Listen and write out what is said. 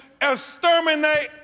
exterminate